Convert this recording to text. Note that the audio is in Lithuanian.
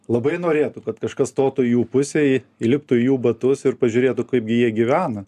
labai norėtų kad kažkas stotų jų pusėj įliptų į jų batus ir pažiūrėtų kaip gi jie gyvena